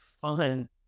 fun